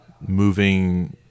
moving